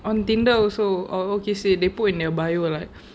on Tinder also oh okay say they put in their bio like